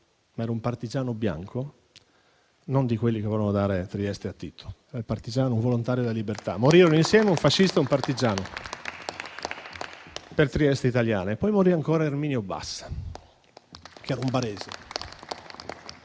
ma era un partigiano bianco, non di quelli che volevano dare Trieste a Tito era un partigiano volontario della libertà. Morirono insieme un fascista e un partigiano per Trieste italiana. E poi morì ancora Erminio Bassa, un barese.